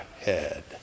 head